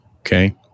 Okay